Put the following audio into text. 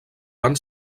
van